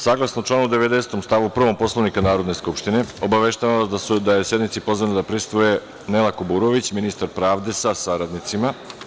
Saglasno članu 90. stavu 1. Poslovnika Narodne skupštine, obaveštavam da je sednici pozvano da prisustvuje Nela Kuburović, ministar pravde sa saradnicima.